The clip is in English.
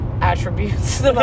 attributes